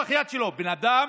בן אדם